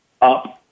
up